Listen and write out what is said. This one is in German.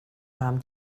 nahm